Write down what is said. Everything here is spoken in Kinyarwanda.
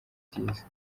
byiza